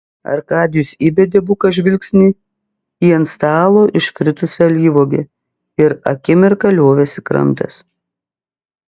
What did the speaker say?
arkadijus įbedė buką žvilgsnį į ant stalo iškritusią alyvuogę ir akimirką liovėsi kramtęs